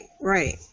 right